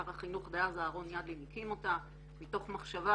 שר החינוך דאז אהרון ידלין הקים אותה מתוך מחשבה